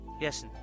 Yes